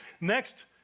Next